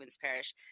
Parish